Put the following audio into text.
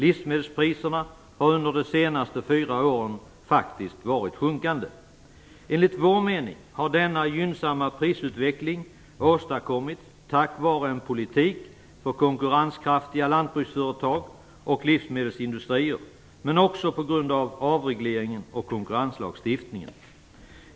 Livsmedelspriserna har under de senaste fyra åren faktiskt varit sjunkande. Enligt vår mening har denna gynnsamma prisutveckling åstadkommits tack vare en politik för konkurrenskraftiga lantbruksföretag och livsmedelsindustrier, men också på grund av avregleringen och konkurrenslagstiftningen.